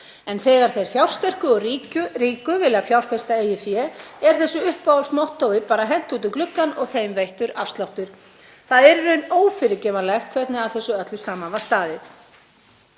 En þegar þeir fjársterku og ríku vilja fjárfesta eigið fé er þessu uppáhaldsmottói bara hent út um gluggann og þeim veittur afsláttur. Það er í raun ófyrirgefanlegt hvernig að þessu öllu saman var staðið.